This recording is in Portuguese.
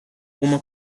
uma